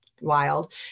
wild